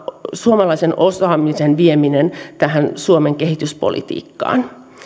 suomalaisen osaamisen vieminen tähän suomen kehityspolitiikkaan